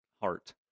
heart